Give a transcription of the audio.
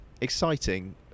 exciting